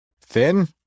Thin